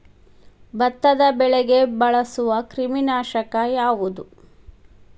ಭತ್ತದ ಬೆಳೆಗೆ ಬಳಸುವ ಕ್ರಿಮಿ ನಾಶಕ ಯಾವುದು?